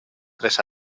tres